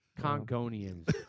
Congonians